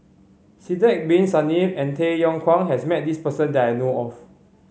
Sidek Bin Saniff and Tay Yong Kwang has met this person that I know of